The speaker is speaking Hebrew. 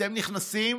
אתם נכנסים,